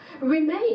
Remain